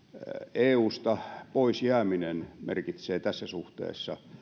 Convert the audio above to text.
eusta pois jääminen merkitsee tässä suhteessa